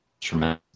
tremendous